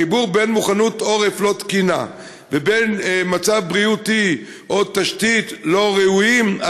החיבור בין מוכנות עורף לא תקינה לבין מצב בריאותי או תשתית לא ראויים,